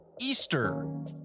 easter